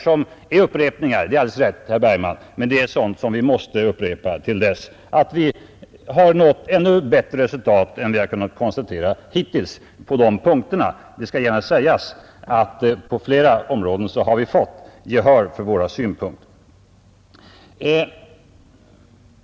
Detta är upprepningar, herr Bergman, men det är sådant som vi måste upprepa till dess vi har nått ännu bättre resultat än vi kunnat konstatera hittills på de här punkterna. Ty det bör också sägas att på flera områden har vi fått gehör för våra synpunkter.